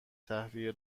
تهویه